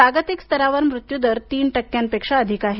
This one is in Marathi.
जागतिक स्तरावर मृत्यूदर तीन टक्क्यांपेक्षा अधिक आहे